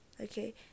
Okay